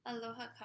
Aloha